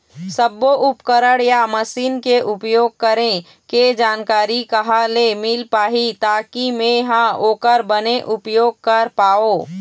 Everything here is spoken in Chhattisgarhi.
सब्बो उपकरण या मशीन के उपयोग करें के जानकारी कहा ले मील पाही ताकि मे हा ओकर बने उपयोग कर पाओ?